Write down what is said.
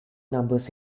numbers